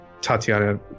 Tatiana